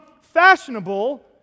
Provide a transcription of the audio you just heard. fashionable